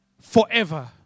forever